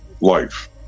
life